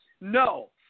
No